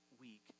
week